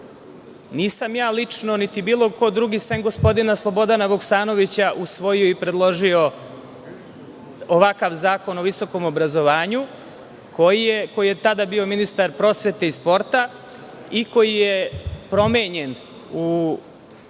nisam ja lično, niti bilo ko drugi, sem gospodina Slobodana Vuksanovića, usvojio i predložio ovakav Zakon o visokom obrazovanju, koji je tada bio ministar prosvete i sporta, i koji je promenjen u